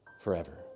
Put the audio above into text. forever